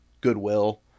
goodwill